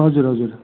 हजुर हजुर